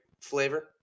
flavor